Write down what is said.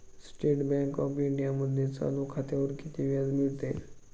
State bank of इंडियामध्ये चालू खात्यावर किती व्याज मिळते?